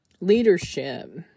leadership